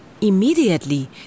Immediately